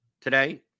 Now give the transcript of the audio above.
today